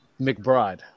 McBride